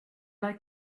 like